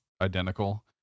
identical